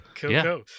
cool